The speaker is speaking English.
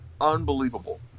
Unbelievable